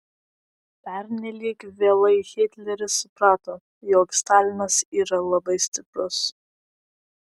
pernelyg vėlai hitleris suprato jog stalinas yra labai stiprus